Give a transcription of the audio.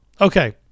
Okay